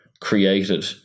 created